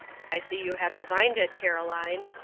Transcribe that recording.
i see you have divined it, caroline,